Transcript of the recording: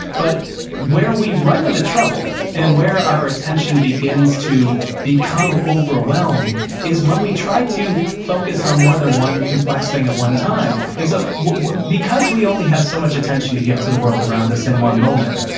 but where we run into trouble and where our attention begins to become overwhelmed is when we try to focus on more than one complex thing at one time. and so because we only have so much attention to give to the world around us in one moment,